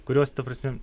kurios ta prasme